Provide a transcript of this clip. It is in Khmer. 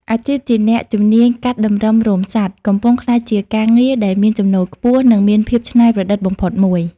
អាជីពជាអ្នកជំនាញកាត់តម្រឹមរោមសត្វ កំពុងក្លាយជាការងារដែលមានចំណូលខ្ពស់ និងមានភាពច្នៃប្រឌិតបំផុតមួយ។